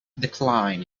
decline